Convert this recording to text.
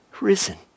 risen